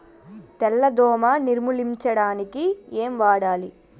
తెల్ల దోమ నిర్ములించడానికి ఏం వాడాలి?